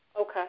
Okay